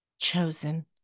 chosen